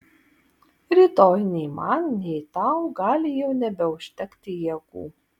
rytoj nei man nei tau gali jau nebeužtekti jėgų